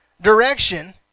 direction